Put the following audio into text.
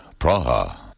Praha